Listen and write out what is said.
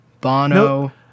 Bono